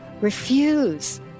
Refuse